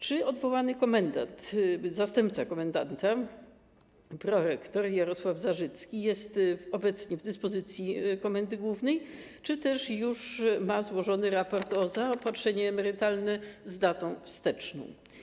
Czy odwołany komendant, zastępca komendanta, prorektor Jarosław Zarzycki jest obecnie w dyspozycji komendy głównej, czy też już ma złożony raport o zaopatrzenie emerytalne z datą wsteczną?